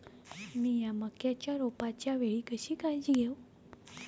मीया मक्याच्या रोपाच्या वेळी कशी काळजी घेव?